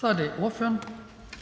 Kl. 18:31 Den